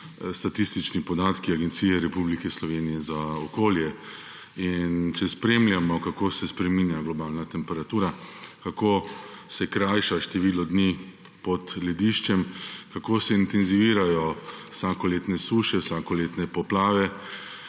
statistični podatki Agencije Republike Slovenije za okolje. In če spremljamo, kako se spreminja globalna temperatura, kako se krajša število dni pod lediščem, kako se intenzivirajo vsakoletne suše, vsakoletne poplave,